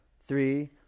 three